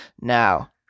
now